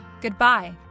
Goodbye